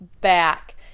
back